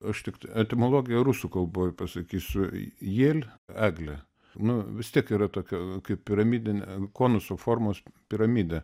aš tiktai etimologija rusų kalboj pasakysiu jėl eglė nu vis tiek yra tokia kaip piramidinė konuso formos piramidė